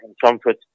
comfort